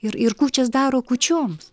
ir ir kūčias daro kūčioms